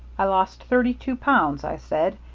i lost thirty-two pounds i said,